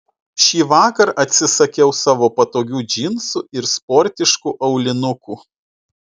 šįvakar atsisakiau savo patogių džinsų ir sportiškų aulinukų